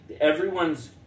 everyone's